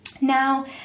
Now